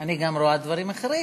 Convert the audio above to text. אני רואה גם דברים אחרים.